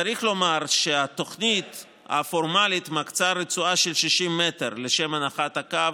צריך לומר שהתוכנית הפורמלית מקצה רצועה של 60 מטר לשם הנחת הקו